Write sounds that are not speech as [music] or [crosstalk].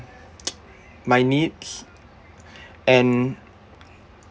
[noise] my needs and